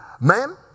ma'am